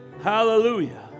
Hallelujah